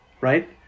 right